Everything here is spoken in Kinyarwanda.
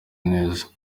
neza